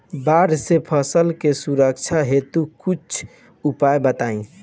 बाढ़ से फसल के सुरक्षा हेतु कुछ उपाय बताई?